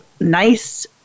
nice